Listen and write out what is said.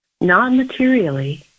Non-materially